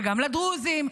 וגם לדרוזים.